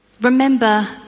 Remember